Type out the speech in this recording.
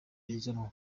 ijyanwa